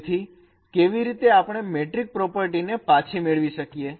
તેથી કેવી રીતે આપણે મેટ્રિક પ્રોપર્ટી ને પાછી મેળવી શકીએ